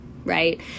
right